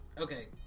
Okay